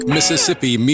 Mississippi